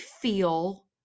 feel